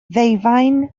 ddeufaen